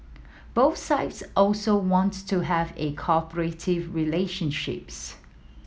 both sides also want to have a cooperative relationships